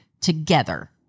together